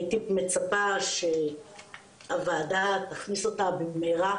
הייתי מצפה שהוועדה תכניס אותה במהרה